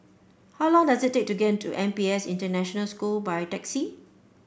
how long does it take to get to N P S International School by taxi